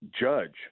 judge